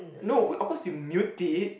no of course you mute it